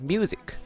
Music 。